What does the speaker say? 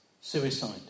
suicide